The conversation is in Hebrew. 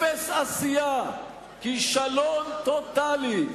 אפס עשייה, כישלון טוטלי.